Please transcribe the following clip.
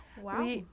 Wow